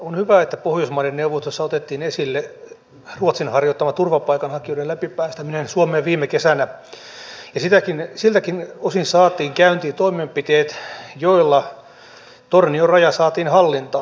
on hyvä että pohjoismaiden neuvostossa otettiin esille ruotsin harjoittama turvapaikanhakijoiden läpipäästäminen suomeen viime kesänä ja siltäkin osin saatiin käyntiin toimenpiteet joilla tornion raja saatiin hallintaan